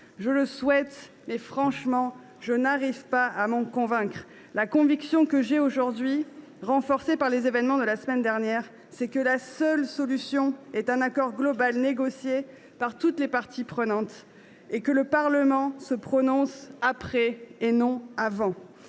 Je le souhaite, mais, pour le dire franchement, je ne parviens pas à m’en convaincre. La conviction que j’ai aujourd’hui, renforcée par les événements de la semaine dernière, c’est que la seule solution est un accord global négocié par toutes les parties prenantes avant que le Parlement ne se prononce et non après.